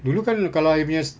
dulu kan kalau I punya se~